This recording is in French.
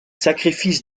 sacrifices